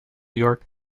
york